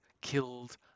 killed